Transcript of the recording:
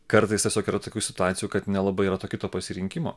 kartais tiesiog yra tokių situacijų kad nelabai yra to kito pasirinkimo